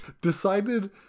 decided